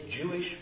Jewish